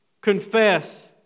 confess